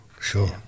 sure